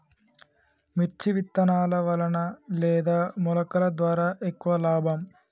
మిర్చి విత్తనాల వలన లేదా మొలకల ద్వారా ఎక్కువ లాభం?